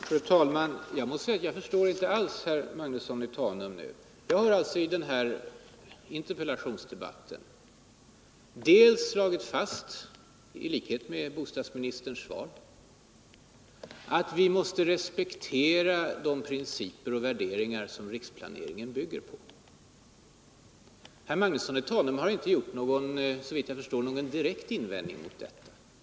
Fru talman! Jag måste tyvärr säga att jag inte alls förstår herr Magnusson i Tanum. Jag har i den här interpellationsdebatten slagit fast ilikhet med innehållet i bostadsministerns svar — att vi måste respektera de principer och värderingar som riksplaneringen bygger på. Herr Magnusson i Tanum har inte gjort någon direkt invändning mot detta.